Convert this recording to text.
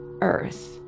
Earth